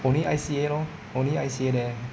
only I_C_A lor only I_C_A there